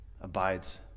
abides